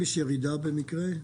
אם יש ירידה, במקרה?